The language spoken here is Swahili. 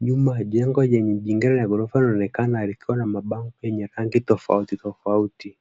Nyuma ya jengo jingine la ghorofa linaonekana likiwa na mabango yenye rangi tofauti tofauti.